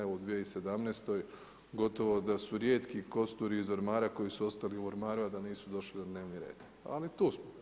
Evo u 2017. gotovo da su rijetki kosturi iz ormara koji su ostali u ormaru, a da nisu došli na dnevni red, ali tu smo.